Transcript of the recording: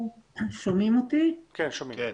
תודה רבה.